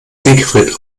siegfried